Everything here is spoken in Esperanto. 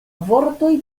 vortoj